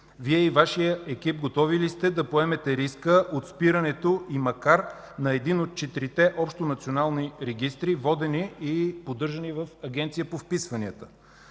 Вие и Вашият екип готови ли сте да поемете риска от спирането, макар и на един от четирите общонационални регистри, водени и поддържани в Агенцията по вписванията?